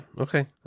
Okay